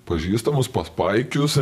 pažįstamus pas paikius